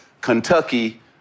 Kentucky